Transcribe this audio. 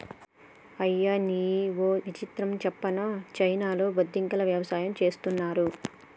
అయ్యనీ ఓ విచిత్రం సెప్పనా చైనాలో బొద్దింకల యవసాయం చేస్తున్నారు